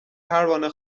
پروانه